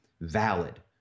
valid